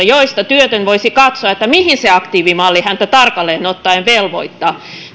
joista työtön voisi katsoa mihin se aktiivimalli häntä tarkalleen ottaen velvoittaa